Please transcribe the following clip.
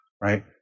right